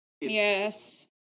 Yes